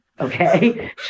Okay